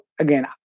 again